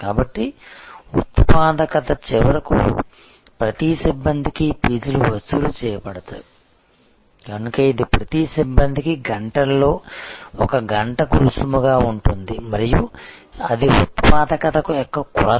కాబట్టి ఉత్పాదకత చివరకు ప్రతి సిబ్బందికి ఫీజులు వసూలు చేయబడవచ్చు కనుక ఇది ప్రతి సిబ్బందికి గంటల్లో ఒక గంటకు రుసుముగా ఉంటుంది మరియు అది ఉత్పాదకత యొక్క కొలత